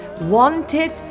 wanted